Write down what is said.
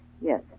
Yes